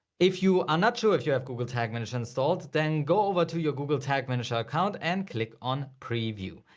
if you are not sure if you have google tag manager installed, then go over to your google tag manager account and click on preview.